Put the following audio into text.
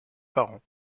parents